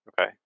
Okay